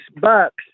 bucks